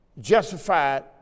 justified